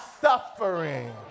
suffering